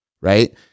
right